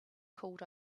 called